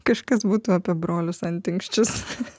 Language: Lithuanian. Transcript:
kažkas būtų apie brolius antinksčius